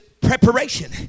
preparation